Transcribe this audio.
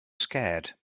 scared